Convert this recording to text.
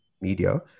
media